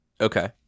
Okay